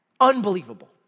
Unbelievable